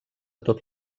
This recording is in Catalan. tot